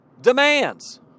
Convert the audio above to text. demands